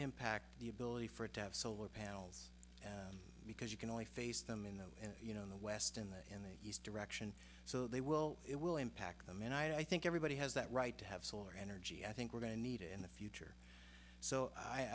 impact the ability for it to have solar panels because you can only face them in the you know in the west in the in the east direction so they will it will impact them and i think everybody has that right to have solar energy i think we're going to need it in the future so i